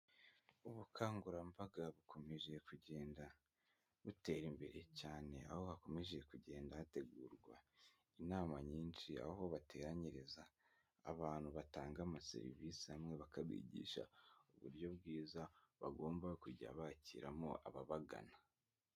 Ubukangurambaga bukomeje kugenda butera imbere cyane aho hakomeje kugenda hategurwa inama nyinshi aho bateranyiriza abantu batanga ama serivisi hamwe bakabigisha uburyo bwiza bagomba kujya bakiramo ababagana.